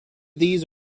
these